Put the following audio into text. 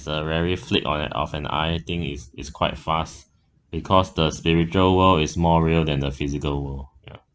is uh really flicked on and off and I think it's it's quite fast because the spiritual world is more real than the physical world ya